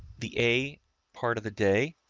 the, a part of the day,